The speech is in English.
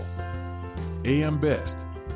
AMBEST